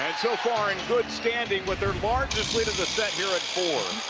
and so far, in good standing with their largest lead of the set here at four.